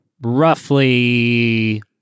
roughly